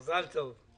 מזל טוב.